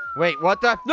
wait, what the? no,